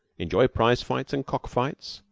enjoy prize-fights and cock-fights,